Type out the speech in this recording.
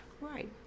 right